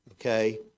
okay